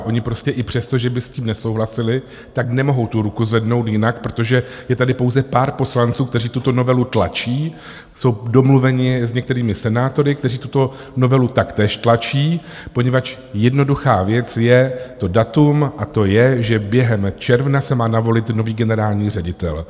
Oni prostě i přesto, že by s tím nesouhlasili, tak nemohou tu ruku zvednout jinak, protože je tady pouze pár poslanců, kteří tuto novelu tlačí, jsou domluveni s některými senátory, kteří tuto novelu taktéž tlačí, poněvadž jednoduchá věc je to datum, a to je, že během června se má navolit nový generální ředitel.